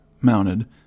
mounted